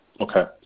Okay